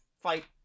fight